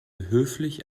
höflich